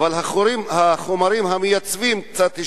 אבל החומרים המייצבים קצת השתנו.